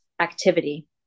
activity